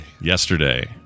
Yesterday